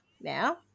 now